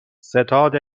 ستاد